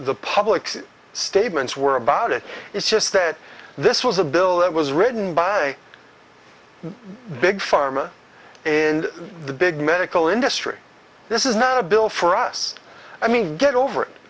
the public statements were about it is just that this was a bill that was written by big pharma and the big medical industry this is not a bill for us i mean get over it